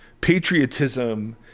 patriotism